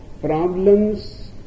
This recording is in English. problems